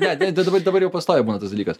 ne net dabar dabar jau pastoviai mano tas dalykas